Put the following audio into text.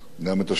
גם את השקפתו,